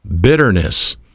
bitterness